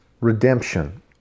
redemption